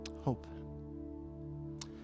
Hope